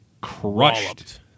crushed